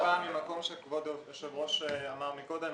זה דווקא בא מהמקום שהיושב-ראש דיבר עליו קודם,